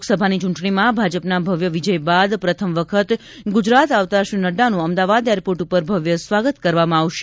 લોકસભાની ચૂંટણીમાં ભાજપના ભવ્ય વિજય બાદ પ્રથમ વખત ગુજરાત આવતા શ્રી નડ્ડાનું અમદાવાદ એરપોર્ટ ઉપર ભવ્ય સ્વાગત કરવામાં આવશે